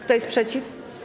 Kto jest przeciw?